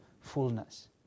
fullness